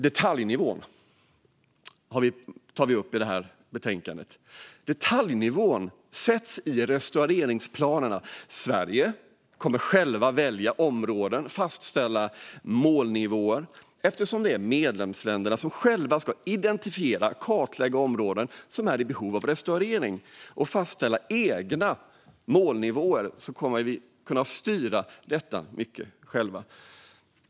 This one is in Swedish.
Detaljnivån har vi tagit upp i betänkandet. Den sätts i restaureringsplanerna. Sverige kommer självt att välja områden och fastställa målnivåer. Eftersom det är medlemsländerna som själva ska identifiera och kartlägga områden som är i behov av restaurering och fastställa egna målnivåer kommer vi att kunna styra mycket själva.